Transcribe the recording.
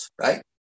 right